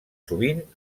sovint